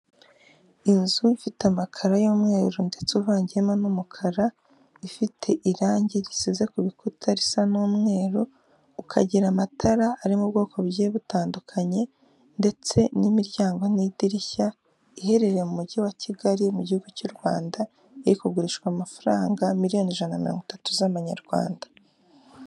Inzu ifite amakaro y'umweru ndetse uvangiyemo n'umukara, ifite irangi risize ku bikuta risa n'umweru, ukagira amatara ari mu bwoko bugiye butandukanye ndetse n'imiryango n'idirishya, iherereye mu Mujyi wa Kigali mu Gihugu cy'u Rwanda, iri kugurishwa amafaranga miliyoni ijana mirongo itatu z'Amanyarwanda.